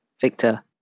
Victor